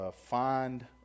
Find